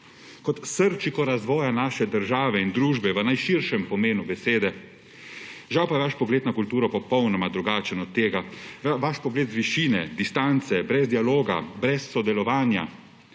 kot srčiko razvoja naše države in družbe v najširšem pomenu besede. Žal pa je vaš pogled na kulturo popolnoma drugačen od tega. Vaš pogled z višine, distance, brez dialoga, brez sodelovanja,